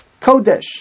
kodesh